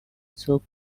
soup